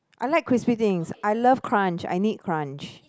I like crispy things I love crunch I need crunch